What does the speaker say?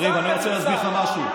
קריב, אני רוצה להסביר לך משהו: